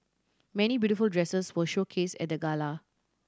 many beautiful dresses were showcased at the gala